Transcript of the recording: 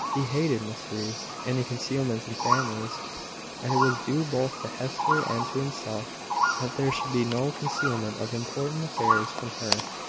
he hated mysteries any concealments in families and it was due both to hester and to himself that there should be no concealment of important affairs from her.